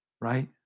Right